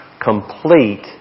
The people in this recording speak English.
complete